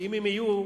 כי אם הן יהיו,